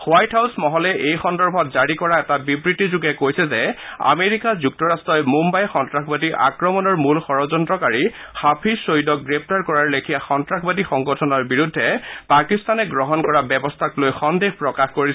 white House মহলে এই সন্দৰ্ভত জাৰি কৰা এটা বিবৃতি যোগে কৈছে যে আমেৰিকা যুক্তৰট্টই মুয়াই সন্তাসবাদী আক্ৰমণৰ মূল ষড়যন্তকাৰী হাফিজ ছৈয়দক গ্ৰেপ্তাৰ কৰাৰ লেখীয়া সন্তাসবাদী সংগঠনৰ বিৰুদ্ধে পাকিস্তানে গ্ৰহণ কৰা ব্যৱস্থাক লৈ সন্দেহ প্ৰকাশ কৰিছে